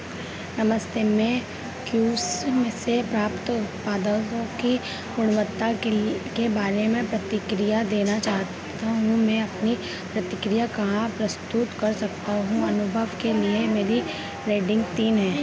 नमस्ते मैं कूव्स से प्राप्त उत्पादों की गुणवत्ता के के बारे में प्रतिक्रिया देना चाहता हूँ मैं अपनी प्रतिक्रिया कहाँ प्रस्तुत कर सकता हूँ अनुभव के लिए मेरी रेटिंग तीन है